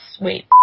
Wait